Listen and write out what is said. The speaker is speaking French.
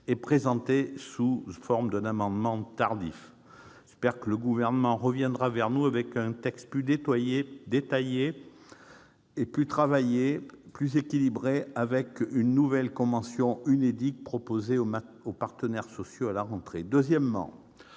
et présentée sous la forme d'un amendement tardif. J'espère que le Gouvernement reviendra vers nous avec un texte plus travaillé et plus équilibré, avec une nouvelle convention UNEDIC proposée aux partenaires sociaux à la rentrée. Deuxièmement,